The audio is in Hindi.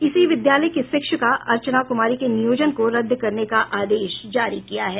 इसी विद्यालय की शिक्षिका अर्चना कुमारी के नियोजन को रद्द करने का आदेश जारी किया है